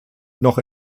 noch